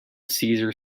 cesar